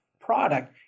product